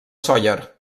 sóller